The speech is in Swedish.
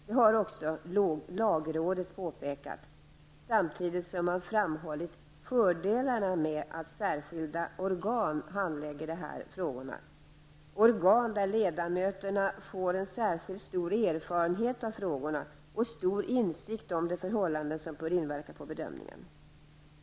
Det har också lagrådet påpekat samtidigt som man har framhållit fördelarna med att särskilda organ handlägger dessa frågor, organ där ledamöterna får särskilt stor erfarenhet av frågorna och stor insikt om de förhållanden som bör inverka på bedömningen.